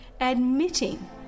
admitting